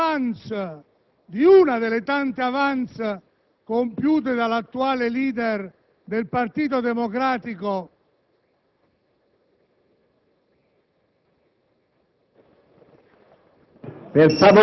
perché è frutto delle *avances*, di una delle tante *avances*, compiute dall'attuale *leader* del Partito Democratico.